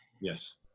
Yes